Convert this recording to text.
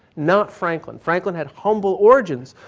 not franklin. franklin had humble origins,